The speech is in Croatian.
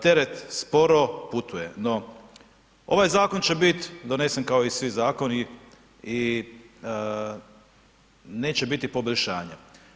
Teret sporo putuje, no ovaj zakon će biti donesen kao i svi zakon i neće biti poboljšanja.